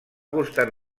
costar